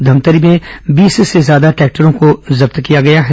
धमतरी में बीस से ज्यादा ट्रैक्टरों को जब्त किया गया है